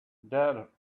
there